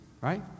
Right